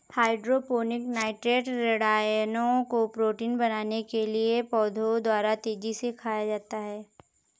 hydroponic nitrate ऋणायनों को protein बनाने के लिए पौधों द्वारा तेजी से खाया जाता है